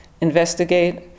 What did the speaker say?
investigate